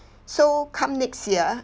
so come next year